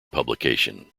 publication